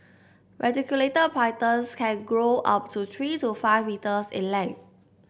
pythons can grow up to three to five metres in length